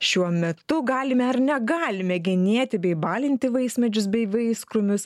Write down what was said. šiuo metu galime ar negalime genėti bei balinti vaismedžius bei vaiskrūmius